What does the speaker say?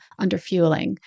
underfueling